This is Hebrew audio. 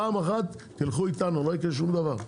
פעם אחת תלכו איתנו, לא יקרה שום דבר.